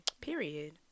Period